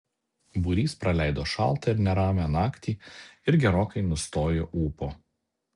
būrys praleido šaltą ir neramią naktį ir gerokai nustojo ūpo